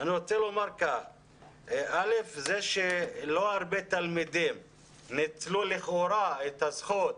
אני רוצה לומר שלא הרבה תלמידים ניצלו לכאורה את הזכות